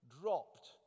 dropped